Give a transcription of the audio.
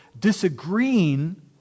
disagreeing